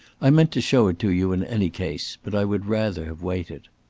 i meant to show it to you in any case, but i would rather have waited.